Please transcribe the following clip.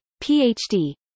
Ph.D